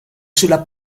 sulla